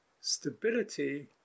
stability